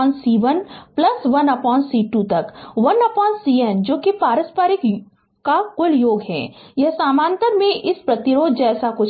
1C1 1C2 तक 1CN जो कि पारस्परिक का कुल योग है यह समानांतर में इस प्रतिरोध जैसा कुछ है